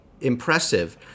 impressive